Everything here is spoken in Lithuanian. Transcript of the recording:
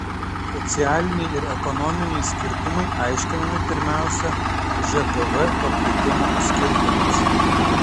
socialiniai ir ekonominiai skirtumai aiškinami pirmiausia žpv paplitimo skirtumais